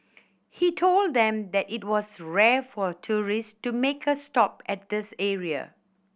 he told them that it was rare for tourists to make a stop at this area